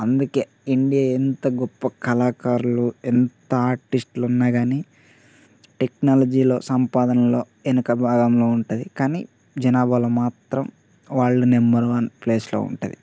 అందుకే ఇండియా ఎంత గొప్ప కళాకారులు ఎంత ఆర్టిస్టులు ఉన్నా కాని టెక్నాలజీలో సంపాదనలో వెనక భాగంలో ఉంటుంది కానీ జనాభాలో మాత్రం వరల్డ్ నెంబర్ వన్ ప్లేస్లో ఉంటుంది